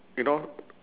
you know